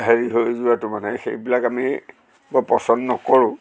হেৰি হৈ যোৱাটো মানে সেইবিলাক আমি বৰ পছন্দ নকৰোঁ